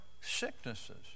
sicknesses